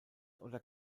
oder